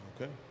Okay